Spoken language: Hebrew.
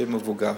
כשיהיה מבוגר.